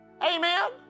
Amen